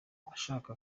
ashaka